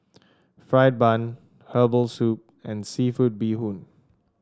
fried bun Herbal Soup and seafood Bee Hoon